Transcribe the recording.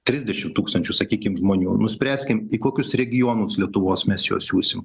trisdešimt tūkstančių sakykim žmonių nuspręskim į kokius regionus lietuvos mes juos siųsim